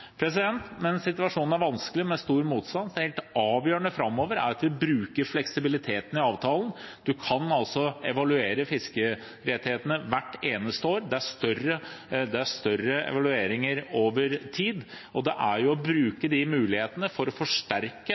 situasjonen er vanskelig, med stor motstand. Det helt avgjørende framover er at vi bruker fleksibiliteten i avtalen. Man kan altså evaluere fiskerettighetene hvert eneste år. Det er større evalueringer over tid, og det gjelder å bruke mulighetene for å forsterke